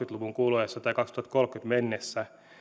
luvun kuluessa tai kaksituhattakolmekymmentäeen mennessä